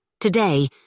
Today